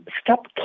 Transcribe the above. stop